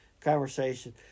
conversation